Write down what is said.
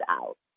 out